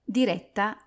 diretta